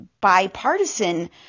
bipartisan